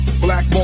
Black